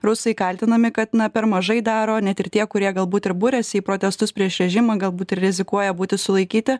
rusai kaltinami kad na per mažai daro net ir tie kurie galbūt ir buriasi į protestus prieš režimą galbūt ir rizikuoja būti sulaikyti